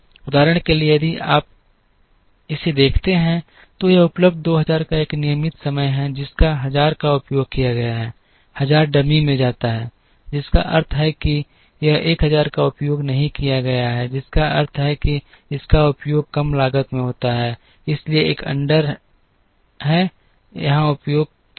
उदाहरण के लिए यदि आप इसे देखते हैं तो यह उपलब्ध 2000 का एक नियमित समय है जिसका 1000 का उपयोग किया गया है 1000 डमी में जाता है जिसका अर्थ है कि यह 1000 का उपयोग नहीं किया गया है जिसका अर्थ है कि इसका उपयोग कम लागत में होता है इसलिए एक अंडर है यहाँ उपयोग की लागत